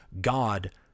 God